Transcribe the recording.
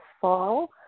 fall